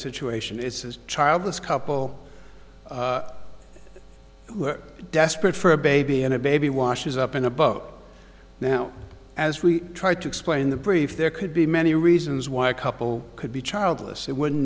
situation is childless couple who are desperate for a baby and a baby washes up in a book now as we tried to explain the brief there could be many reasons why a couple could be childless it wouldn't